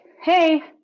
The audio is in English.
hey